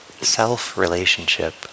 self-relationship